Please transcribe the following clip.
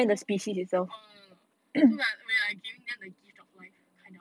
so no no no so like when I giving them the gift of life kind of